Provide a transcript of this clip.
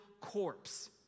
corpse